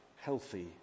healthy